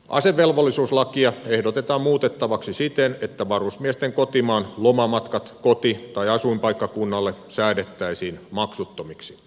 asevelvollisuuslakia ehdotetaan muutettavaksi siten että varusmiesten kotimaan lomamatkat koti tai asuinpaikkakunnalle säädettäisiin maksuttomiksi